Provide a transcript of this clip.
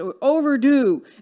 overdue